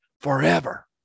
forever